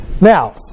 Now